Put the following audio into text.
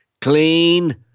Clean